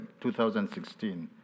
2016